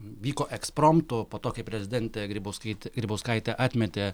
vyko ekspromtu po to kai prezidentė grybauskaitė grybauskaitė atmetė